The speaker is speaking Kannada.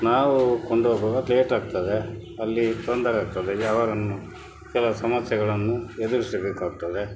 ನಾವು ಕೊಂಡೋಗುವಾಗ ಲೇಟ್ ಆಗ್ತದೆ ಅಲ್ಲಿ ತೊಂದರೆ ಆಗ್ತದೆ ಈಗ ಅವರನ್ನು ಕೆಲವು ಸಮಸ್ಯೆಗಳನ್ನು ಎದುರಿಸಬೇಕಾಗ್ತದೆ